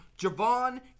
Javon